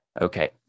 Okay